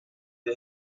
des